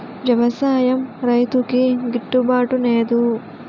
వ్యవసాయం రైతుకి గిట్టు బాటునేదు